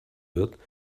wird